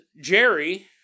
Jerry